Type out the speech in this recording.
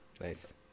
Nice